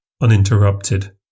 uninterrupted